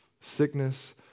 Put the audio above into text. sickness